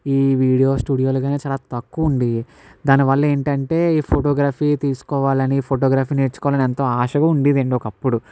ఈ వీడియో స్టూడియోలు కానీ చాలా తక్కువ ఉండేవి దానివల్ల ఏంటంటే ఈ ఫోటోగ్రఫీ తీసుకోవాలని ఫోటోగ్రఫీ నేర్చుకోవాలి అని ఎంతో ఆశగా ఉండేదండి ఒకప్పుడు